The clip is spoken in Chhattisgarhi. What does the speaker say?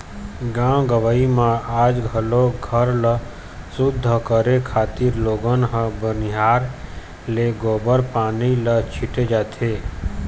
गाँव गंवई म आज घलोक घर ल सुद्ध करे खातिर लोगन ह बिहनिया ले गोबर पानी म छीटा लगाथे